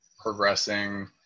progressing